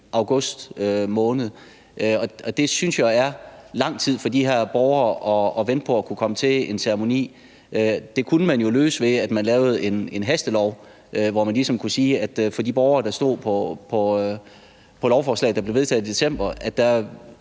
august måned. Det synes jeg jo er lang tid for de her borgere at skulle vente på at kunne komme til en ceremoni, men det kunne man jo løse, ved at man lavede en hastelov, hvor man ligesom sagde, at det for de borgere, der stod på lovforslaget, der blev vedtaget i december, blev